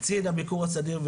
קצין הביקור הסדיר,